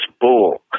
bull